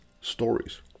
stories